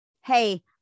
hey